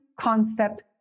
concept